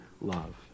love